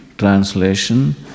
Translation